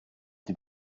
die